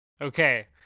Okay